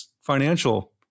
financial